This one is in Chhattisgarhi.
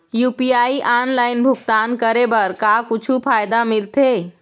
यू.पी.आई ऑनलाइन भुगतान करे बर का कुछू फायदा मिलथे?